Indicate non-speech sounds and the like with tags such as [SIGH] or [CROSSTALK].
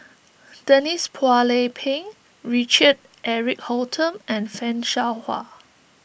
[NOISE] Denise Phua Lay Peng Richard Eric Holttum and Fan Shao Hua